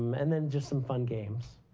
um and then just some fun games.